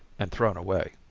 and thrown away.